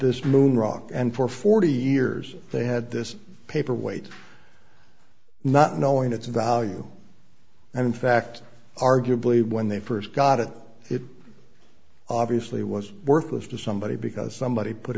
this moon rock and for forty years they had this paper weight not knowing its value and in fact arguably when they first got it it obviously was worthless to somebody because somebody put